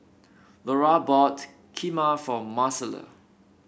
Lora bought Kheema for Marcela